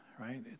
right